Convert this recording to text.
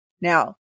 Now